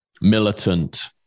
militant